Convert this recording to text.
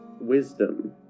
wisdom